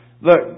Look